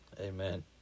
Amen